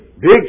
big